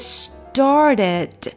started